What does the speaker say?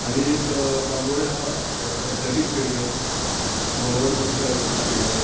आनी एक बांबोळे आहा athletics stadium Manohar Parrikar athletics stadium